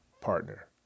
partner